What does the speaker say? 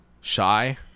shy